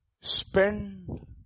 spend